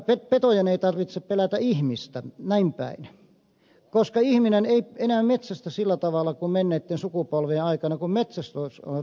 petojen ei tarvitse pelätä ihmistä koska ihminen ei enää metsästä sillä tavalla kuin menneitten sukupolvien aikana kun metsästys on rajoitettua